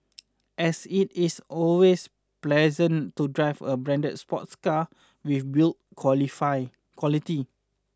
as it is always pleasant to drive a branded sports car with build qualify quality